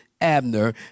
Abner